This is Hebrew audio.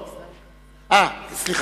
תודה